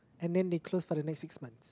and then they close for the next six months